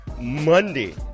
Monday